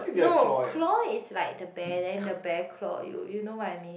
no claw is like the bear then the bear claw you you know what I mean